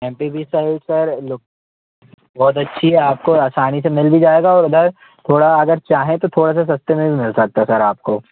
MPB side sir बहुत अच्छी है आपको आसानी से मिल भी जाएगा और उधर थोड़ा अगर चाहें तो थोड़ा सा सस्ते में भी मिल सकता है सर आपको